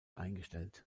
eingestellt